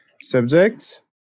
subject